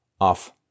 off